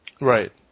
Right